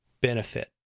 benefit